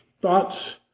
thoughts